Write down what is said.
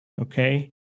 Okay